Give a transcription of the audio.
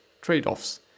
trade-offs